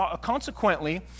Consequently